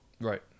Right